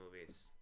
movies